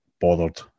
bothered